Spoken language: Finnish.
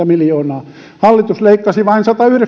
miljoonaa hallitus leikkasi vain satayhdeksänkymmentä